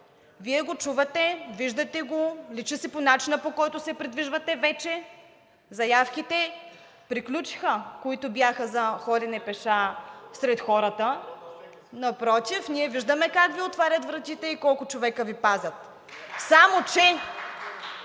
Вие го чувате, виждате го, личи си по начина, по който се придвижвате, заявките вече приключиха, които бяха за ходене пеша сред хората. Напротив, ние виждаме как Ви отварят вратите и колко човека Ви пазят, само че